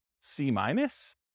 C-minus